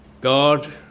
God